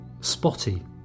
Spotty